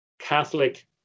Catholic